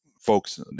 Folks